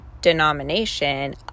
denomination